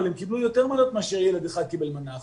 אבל הם קיבלו יותר מנות מאשר ילד אחד קיבל מנה אחת.